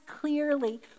clearly